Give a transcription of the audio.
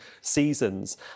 seasons